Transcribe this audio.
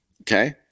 Okay